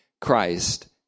Christ